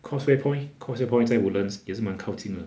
causeway point causeway point 在 woodlands 也是蛮靠近的